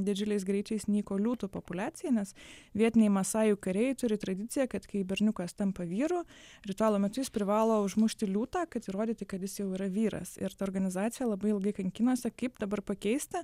didžiuliais greičiais nyko liūtų populiacija nes vietiniai masajų kariai turi tradiciją kad kai berniukas tampa vyru ritualo metu jis privalo užmušti liūtą kad įrodyti kad jis jau yra vyras ir ta organizacija labai ilgai kankinosi kaip dabar pakeisti